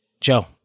Joe